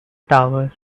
tower